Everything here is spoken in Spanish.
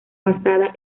basada